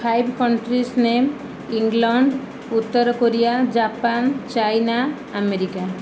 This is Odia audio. ଫାଇବ୍ କଣ୍ଟ୍ରିଜ୍ ନେମ୍ ଇଂଲଣ୍ଡ ଉତ୍ତର କୋରିଆ ଜାପାନ ଚାଇନା ଆମେରିକା